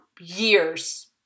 years